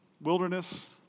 wilderness